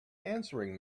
answering